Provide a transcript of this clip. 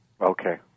Okay